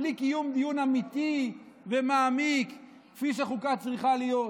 בלי קיום דיון אמיתי ומעמיק כפי שחוקה צריכה להיות.